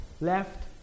left